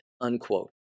unquote